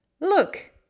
Look